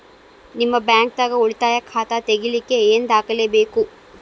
ನಿಮ್ಮ ಬ್ಯಾಂಕ್ ದಾಗ್ ಉಳಿತಾಯ ಖಾತಾ ತೆಗಿಲಿಕ್ಕೆ ಏನ್ ದಾಖಲೆ ಬೇಕು?